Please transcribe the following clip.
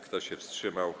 Kto się wstrzymał?